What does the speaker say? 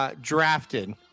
drafted